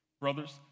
brothers